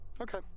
Okay